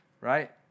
Right